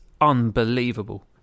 unbelievable